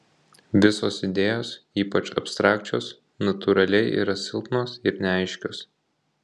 visos idėjos ypač abstrakčios natūraliai yra silpnos ir neaiškios